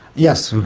yes,